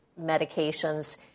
medications